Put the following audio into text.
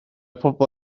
pobl